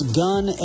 gun